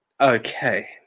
Okay